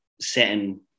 setting